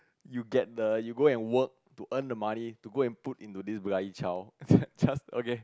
you get the you go and work to earn the money to go and put into this bloody child just just okay